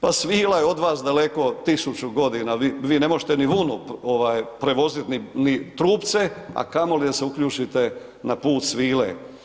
Pa svila je od vas daleko 1000 godina, vi ne možete ni vunu prevoziti ni trupce, a kamoli da se uključite na Put svile.